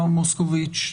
מר מוסקוביץ,